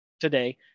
today